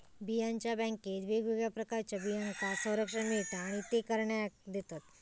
बियांच्या बॅन्केत वेगवेगळ्या प्रकारच्या बियांका संरक्षण मिळता आणि ते करणाऱ्याक देतत